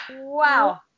wow